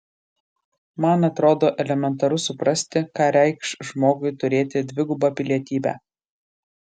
man atrodo elementaru suprasti ką reikš žmogui turėti dvigubą pilietybę